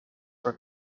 were